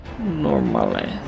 normally